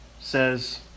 says